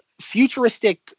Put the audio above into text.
futuristic